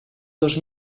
dos